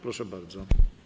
Proszę bardzo.